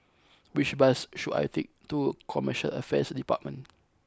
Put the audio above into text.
which bus should I take to Commercial Affairs Department